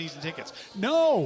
no